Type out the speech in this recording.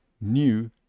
new